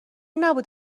نبود